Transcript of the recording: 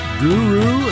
guru